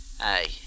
Hey